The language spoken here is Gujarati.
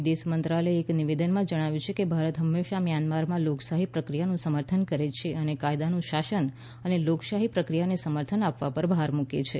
વિદેશ મંત્રાલયે એક નિવેદનમાં જણાવ્યું છે કે ભારત હંમેશાં મ્યાનમારમાં લોકશાહી પ્રક્રિયાનું સમર્થન કરે છે અને કાયદાનું શાસન અને લોકશાહી પ્રક્રિયાને સમર્થન આપવા પર ભાર મુકે છે